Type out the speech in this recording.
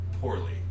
poorly